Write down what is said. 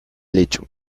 hecho